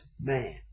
man